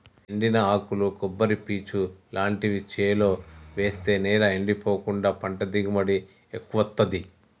ఎండిన ఆకులు కొబ్బరి పీచు లాంటివి చేలో వేస్తె నేల ఎండిపోకుండా పంట దిగుబడి ఎక్కువొత్తదీ